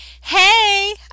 hey